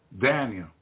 Daniel